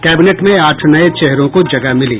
cabinet में आठ नये चेहरों को जगह मिली